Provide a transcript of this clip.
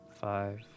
five